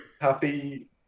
Happy